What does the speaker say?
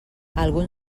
algun